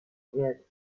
wird